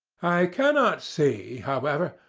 i cannot see, however,